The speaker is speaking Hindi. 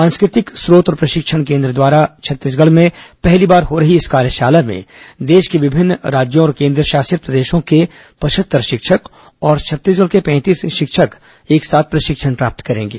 सांस्कृतिक ्योत और प्रशिक्षण केन्द्र द्वारा छत्तीसगढ में पहली बार हो रही इस कार्यशाला में देश के विभिन्न राज्यों और केन्द्रशासित प्रदेशों के पचहत्तर शिक्षक और छत्तीसगढ़ के पैंतीस शिक्षक प्रशिक्षण प्राप्त करेंगे